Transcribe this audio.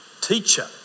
teacher